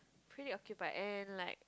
pretty occupied and like